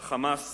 ה"חמאס"